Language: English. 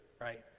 right